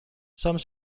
some